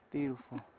Beautiful